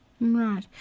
Right